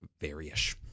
various